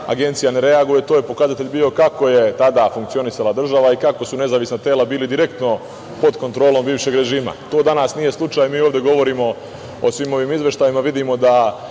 Agencija ne reaguje. To je pokazatelj bio kako je tada funkcionisala država i kako su nezavisna tela bila direktno pod kontrolom bivšeg režima. To danas nije slučaj. Mi ovde govorimo o svim ovim izveštajima, vidimo da